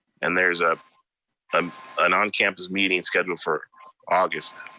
and there's ah um an on-campus meeting scheduled for august,